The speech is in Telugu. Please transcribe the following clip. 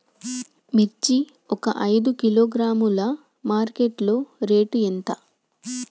మిర్చి ఒక ఐదు కిలోగ్రాముల మార్కెట్ లో రేటు ఎంత?